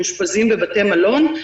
מאושפזים בבתי מלון.